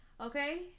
Okay